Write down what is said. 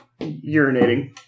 Urinating